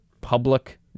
public